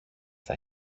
στα